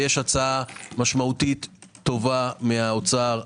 יש הצעה משמעותית טובה מאוצר.